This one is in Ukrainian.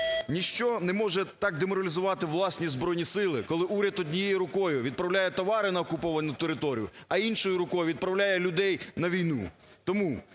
Ніщо не може так деморалізувати власні Збройні Сили, коли уряд однією рукою відправляє товари на окуповану територію, а іншою рукою відправляє людей на війну. Тому